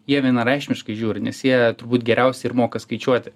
jie vienareikšmiškai žiūri nes jie turbūt geriausiai ir moka skaičiuoti